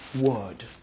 word